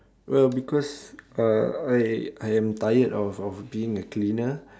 well because uh I am tired of being a cleaner